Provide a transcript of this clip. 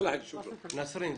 נסרין.